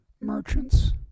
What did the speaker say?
merchants